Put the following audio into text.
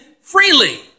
freely